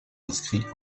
inscrit